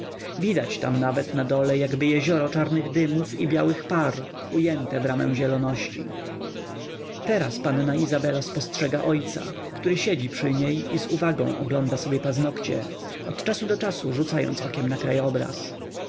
widać tam nawet na dole jakby jezioro czarnych dymów i białych par ujęte w ramę zieloności teraz panna izabela spostrzega ojca który siedzi przy niej i z uwagą ogląda sobie paznogcie od czasu do czasu rzucając okiem na krajobraz